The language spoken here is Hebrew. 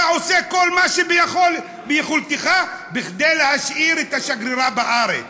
אתה עושה כל מה שביכולתך כדי להשאיר את השגרירה בארץ.